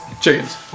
Chickens